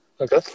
Okay